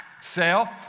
Self